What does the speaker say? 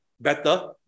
better